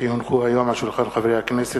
כי הונחו היום על שולחן הכנסת,